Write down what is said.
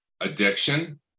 addiction